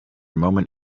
moment